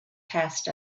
passed